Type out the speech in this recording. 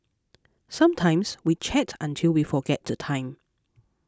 sometimes we chat until we forget the time